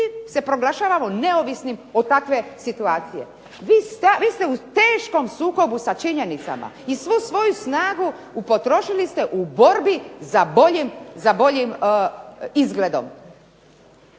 se proglašavamo neovisnim od takve situacije. Vi ste u teškom sukobu sa činjenicama. I svu svoju snagu potrošili ste u borbi za boljim izgledom.